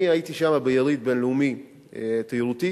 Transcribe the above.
הייתי שם ביריד בין-לאומי תיירותי.